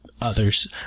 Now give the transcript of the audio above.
others